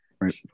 Right